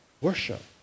worship